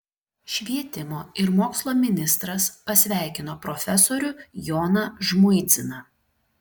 švietimo ir mokslo ministras pasveikino profesorių joną žmuidziną